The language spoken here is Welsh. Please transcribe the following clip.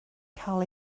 cael